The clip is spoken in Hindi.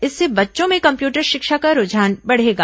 इससे बच्चों में कम्प्यूटर शिक्षा का रूझान बढ़ेगा